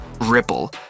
Ripple